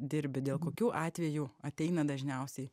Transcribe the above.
dirbi dėl kokių atvejų ateina dažniausiai